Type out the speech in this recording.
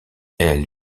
elle